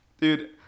dude